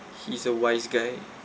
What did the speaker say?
he's a wise guy